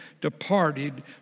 departed